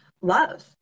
love